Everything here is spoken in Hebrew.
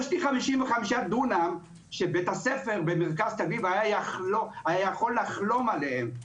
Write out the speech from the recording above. יש לי 55 דונם שבית הספר במרכז תל אביב היה יכול לחלום עליהם,